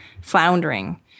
floundering